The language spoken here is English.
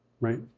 right